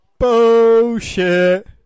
Bullshit